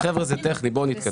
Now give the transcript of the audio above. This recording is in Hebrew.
חבר'ה, זה טכני, בואו נתקדם.